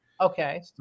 Okay